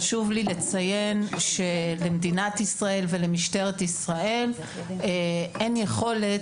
חשוב לי לציין שלמדינת ישראל ולמשטרת ישראל אין יכולת